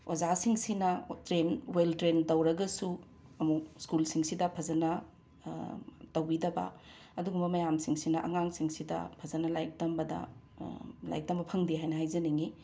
ꯑꯣꯖꯥꯁꯤꯡꯁꯤꯅ train well train ꯇꯧꯔꯒꯁꯨ ꯑꯃꯨꯛ ꯁ꯭ꯀꯨꯜꯁꯤꯡꯁꯤꯗ ꯐꯖꯅ ꯇꯧꯕꯤꯗꯕ ꯑꯗꯨꯒꯨꯝꯕ ꯃꯌꯥꯝꯁꯤꯡꯁꯤꯅ ꯑꯉꯥꯡꯁꯤꯡꯁꯤꯗ ꯐꯖꯅ ꯂꯥꯏꯔꯤꯛ ꯇꯝꯕꯗ ꯂꯥꯏꯔꯤꯛ ꯇꯝꯕ ꯐꯪꯗꯦ ꯍꯥꯏꯅ ꯍꯥꯏꯖꯅꯤꯡꯏ